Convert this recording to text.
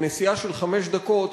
בנסיעה של חמש דקות,